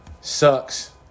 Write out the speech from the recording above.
Sucks